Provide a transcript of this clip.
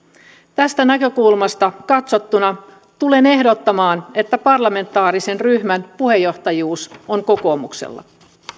tästä näkökulmasta katsottuna tulen ehdottamaan että parlamentaarisen ryhmän puheenjohtajuus on kokoomuksella